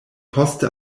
poste